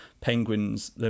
penguins